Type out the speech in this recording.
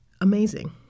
Amazing